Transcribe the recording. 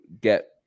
get